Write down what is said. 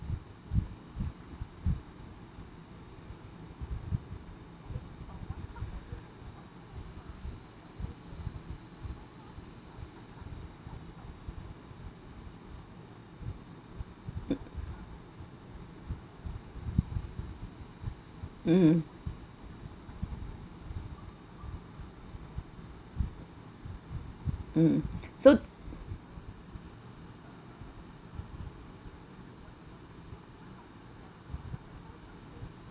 mm mm so